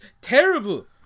Terrible